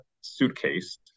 suitcase